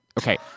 Okay